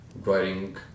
Writing